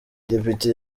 depite